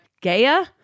Gaia